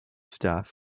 staff